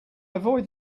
avoid